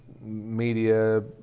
media